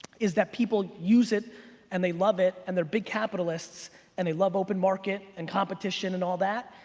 is that people use it and they love it and they're big capitalists and they love open market and competition and all that,